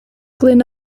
glen